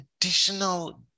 additional